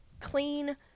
clean